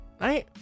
Right